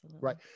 right